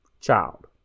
child